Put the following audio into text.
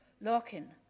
Larkin